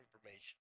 information